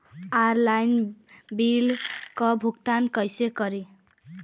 Online bill क भुगतान कईसे करी?